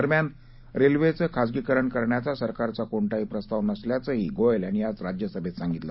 दरम्यान रेल्वेचं खासगीकरण करण्याचा सरकारचा कोणतंही प्रस्ताव नसल्याचं गोयल यांनी आज राज्यसभेत सांगितलं